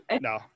No